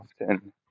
often